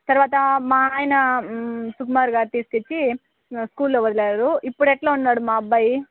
తర్వాత మా ఆయన సుకుమార్గారు తీసుకు వచ్చి స్కూల్లో వదిలారు ఇప్పుడు ఎట్లా ఉంది మేడమ్ మా అబ్బాయి